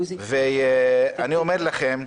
אני אומר לכם,